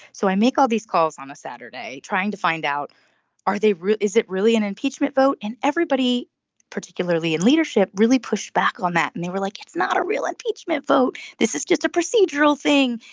so i make all these calls on a saturday trying to find out are they real. is it really an impeachment vote. and everybody particularly in leadership really pushed back on that and they were like it's not a real impeachment vote. this is just a procedural thing.